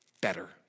Better